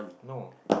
no